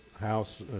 house